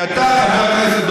כי אתה אמרת את זה,